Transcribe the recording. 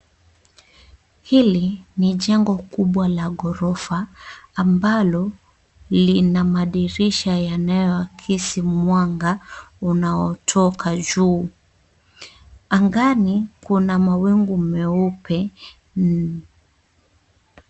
Hili ni jengo kubwa la ghorofa ambalo lina madirisha yanayoakisi mwanga unaotoka juu. Angani kuna mawingu meupe.